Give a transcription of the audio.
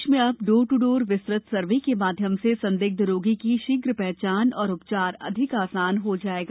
प्रदेश में अब door to door विस्तृत सर्वे के माध्यम से संदिग्ध रोगी की शीघ्र पहचान और उपचार अधिक आसान हो जायेगा